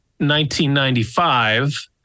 1995